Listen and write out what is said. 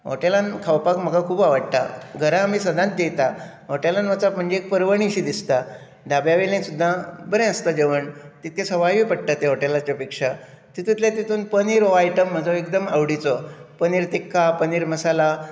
हॉटेलान खावपाक म्हाका खूब आवडटा घरा आमीं सदांच जेयता हॉटेलान वचप म्हणजे एक परवणी शी दिसता धाब्या वयले सुद्दां बरें आसता जेवण तितकें सोवायूय पडटा तें हॉटेलाचे पेक्षा तितुंतलें तितुन पनीर हो आयटम म्हजो एकदम आवडीचो पनीर टिक्का पनीर मसाला